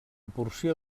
porció